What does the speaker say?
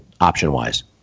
option-wise